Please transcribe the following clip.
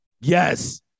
Yes